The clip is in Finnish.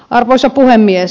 arvoisa puhemies